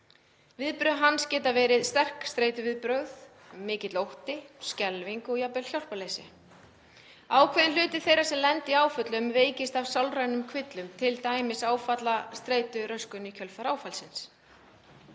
Viðbrögð hans geta verið sterk streituviðbrögð, mikill ótti, skelfing og jafnvel hjálparleysi. Ákveðinn hluti þeirra sem lenda í áfalli veikist af sálrænum kvillum, t.d. áfallastreituröskun, í kjölfar áfallins.